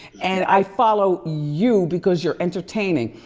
and i follow you, because you're entertaining.